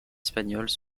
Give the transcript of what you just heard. espagnoles